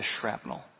shrapnel